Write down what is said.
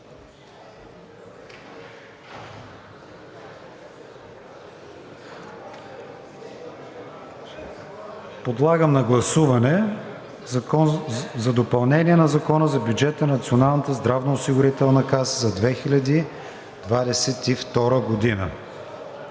Подлагам на гласуване Закон за допълнение на Закона за бюджета на Националната здравноосигурителна каса за 2022 г.